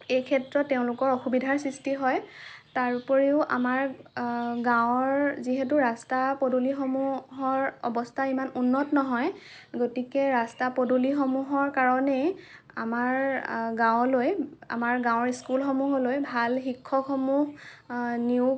এই ক্ষেত্ৰত তেওঁলোকৰ অসুবিধাৰ সৃষ্টি হয় তাৰোপৰিও আমাৰ গাঁৱৰ যিহেতু ৰাস্তা পদূলিসমূহৰ অৱস্থা ইমান উন্নত নহয় গতিকে ৰাস্তা পদূলিসমূহৰ কাৰণেই আমাৰ গাঁৱলৈ আমাৰ গাঁৱৰ স্কুলসমূহলৈ ভাল শিক্ষকসমূহ নিয়োগ